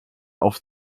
auf